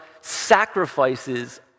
sacrifices